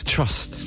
Trust